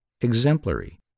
exemplary